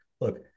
look